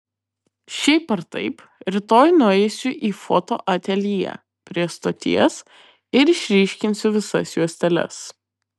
šiaip ar taip rytoj nueisiu į fotoateljė prie stoties ir išryškinsiu visas juosteles